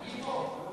אני פה.